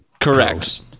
Correct